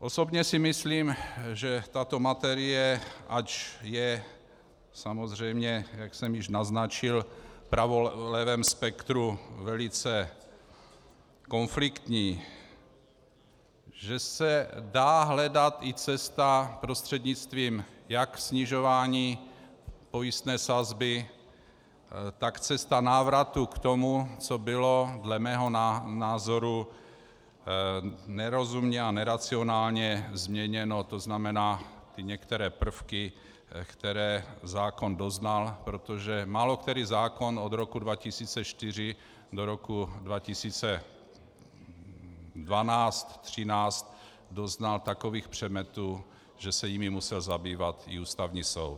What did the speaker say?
Osobně si myslím, že tato materie, ač je samozřejmě, jak jsem již naznačil, v pravolevém spektru velice konfliktní, že se dá hledat i cesta prostřednictvím jak snižování pojistné sazby, tak cesta návratu k tomu, co bylo dle mého názoru nerozumně a neracionálně změněno, tzn. ty některé prvky, které zákon doznal, protože málokterý zákon od roku 2004 do roku 2012, 2013 doznal takových přemetů, že se jimi musel zabývat i Ústavní soud.